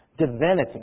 divinity